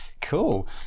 cool